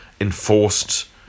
Enforced